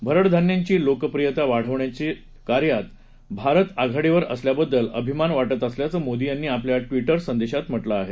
भरडधान्यांची लोकप्रियता वाढवण्याच्या कार्यात भारत आघाडावीर असल्याबद्दल अभिमान वाटत असल्याचं मोदी यांनी आपल्या ट्विटर संदेशात म्हटलं आहे